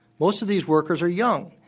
most of these workers are young.